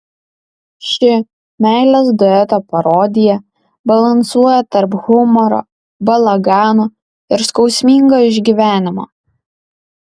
ši meilės dueto parodija balansuoja tarp humoro balagano ir skausmingo išgyvenimo